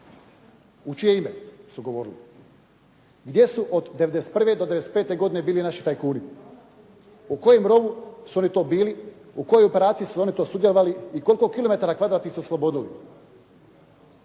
U čije ime su govorili? Gdje su od '91. do 95. godine bili naši tajkuni? U kojem rovu su oni to bili, u kojoj operaciji su oni to sudjelovali? I koliko kilometara kvadratnih su oslobodili?